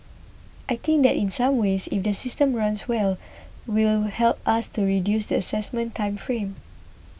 I think that in some ways if the system runs well will help us to reduce the assessment time frame